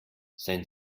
sein